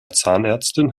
zahnärztin